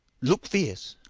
look fierce,